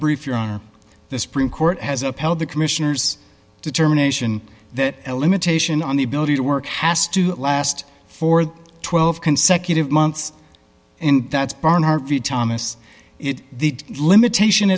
brief your honor the supreme court has upheld the commissioner's determination that l imitation on the ability to work has to last for twelve consecutive months and that's been our view thomas it the limitation